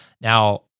now